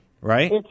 Right